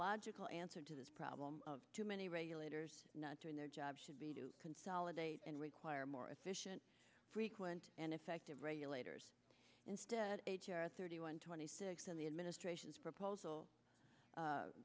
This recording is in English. logical answer to this problem of too many regulators not doing their job should be to consolidate and require more efficient frequent and effective regulators instead of thirty one twenty six in the administration's proposal